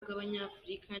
bw’abanyafurika